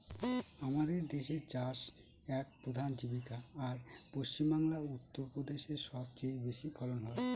আমাদের দেশের চাষ এক প্রধান জীবিকা, আর পশ্চিমবাংলা, উত্তর প্রদেশে সব চেয়ে বেশি ফলন হয়